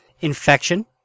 Infection